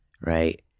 Right